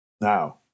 now